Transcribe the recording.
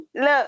look